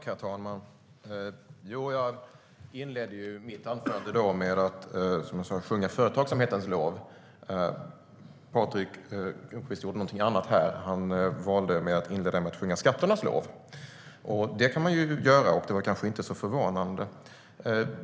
Herr talman! Jag inledde mitt anförande med att sjunga företagsamhetens lov. Patrik Lundqvist gjorde något annat. Han valde att inleda med att sjunga skatternas lov. Det kan man ju göra, och det var kanske inte så förvånande.